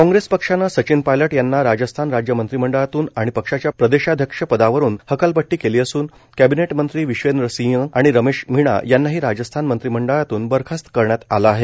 कॉग्रेस पक्षानं सचिन पायलट यांना राजस्थान राज्य मंत्रिमंडळातून आणि पक्षाच्या प्रदेशाध्यक्ष पदावरून हकालपट्टी केली असून कॅबिनेट मंत्री विश्वेन्द्रसिंग आणि रमेश मीणा यांनाही राजस्थान मंत्रिमंडळातून बरखास्त करण्यात आलं आहे